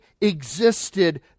existed